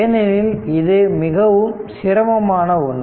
ஏனெனில் இது மிகவும் சிரமமான ஒன்று